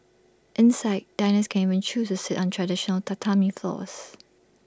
inside diners can even choose to sit on traditional Tatami floors